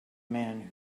man